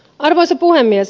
arvoisa puhemies